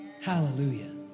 Hallelujah